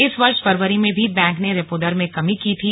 इस वर्ष फरवरी में भी बैंक ने रेपो दर में कमी की थी